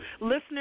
listeners